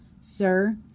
Sir